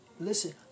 Listen